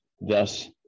thus